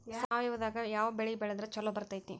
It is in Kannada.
ಸಾವಯವದಾಗಾ ಯಾವ ಬೆಳಿ ಬೆಳದ್ರ ಛಲೋ ಬರ್ತೈತ್ರಿ?